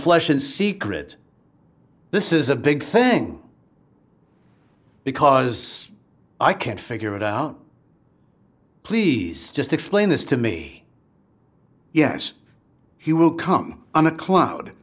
and secret this is a big thing because i can't figure it out please just explain this to me yes he will come on a cloud